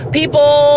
people